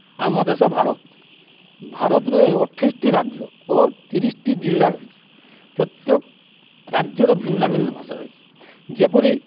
ଆମ ଦେଶ ଭାରତ ଭାରତରେ ଅଠେଇଶଟି ରାଜ୍ୟ ଓ ତିରିଶଟି ଜିଲ୍ଲା ରହିଛି ପ୍ରତ୍ୟକ ରାଜ୍ୟର ଭିନ୍ନ ଭିନ୍ନ ଭାଷା ରହିଛି ଯେପରି